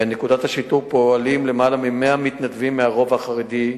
בנקודת השיטור פועלים למעלה מ-100 מתנדבים מהרובע החרדי,